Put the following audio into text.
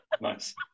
Nice